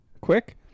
quick